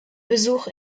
besuch